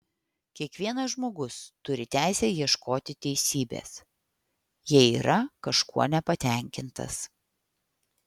kiekvienas žmogus turi teisę ieškoti teisybės jei yra kažkuo nepatenkintas